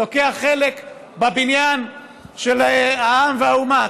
ולוקח חלק בבניין של העם והאומה,